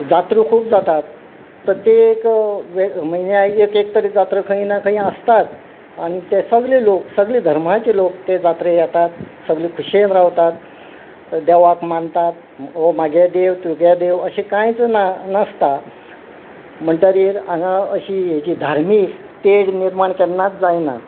जात्रा खूब जातात प्रत्येक म्हयन्या एक एक तर जात्रा खंय ना खंय आसताच आनी ते सगळे लोक सगले धर्माचे लोक ते जात्रे येतात सगले खुशयेन रावतात देवाक मानतात हो मागे देव तुगे देव अशे कांयच ना नासता म्हणटकीर हांगा अशी हेची धार्मीक तेड निर्माण केन्नाच जायना